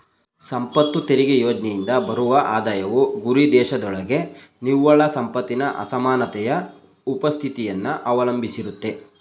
ಸಂಪತ್ತು ತೆರಿಗೆ ಯೋಜ್ನೆಯಿಂದ ಬರುವ ಆದಾಯವು ಗುರಿದೇಶದೊಳಗೆ ನಿವ್ವಳ ಸಂಪತ್ತಿನ ಅಸಮಾನತೆಯ ಉಪಸ್ಥಿತಿಯನ್ನ ಅವಲಂಬಿಸಿರುತ್ತೆ